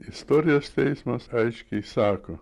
istorijos teismas aiškiai sako